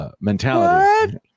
Mentality